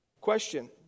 question